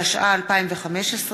התשע"ה 2015,